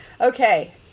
Okay